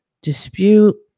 dispute